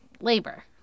labor